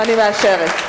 אני מאשרת.